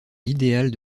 l’idéal